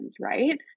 right